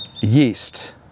yeast